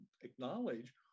acknowledge